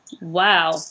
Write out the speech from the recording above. Wow